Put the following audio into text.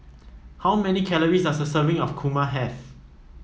how many calories does a serving of kurma have